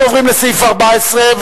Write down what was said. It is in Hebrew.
אנחנו עוברים לסעיף 14,